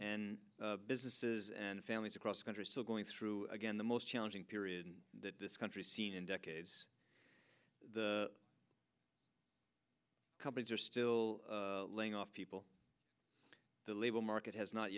and businesses and families across country still going through again the most challenging period that this country seen in decades the companies are still laying off people the labor market has not